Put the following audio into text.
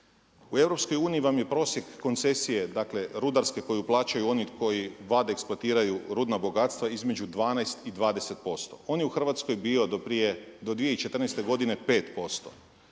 u EU vam je prosjek koncesije rudarske koju plaćaju oni koji vade i eksploatiraju rudna bogatstva između 12 i 20%, on je u Hrvatskoj bio do prije do 2014. godine 5%,